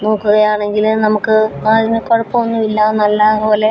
നോക്കുകയാണെങ്കില് നമുക്ക് അതിനെ കുഴപ്പമൊന്നുമില്ല നല്ല പോലെ